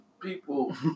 people